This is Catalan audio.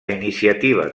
iniciativa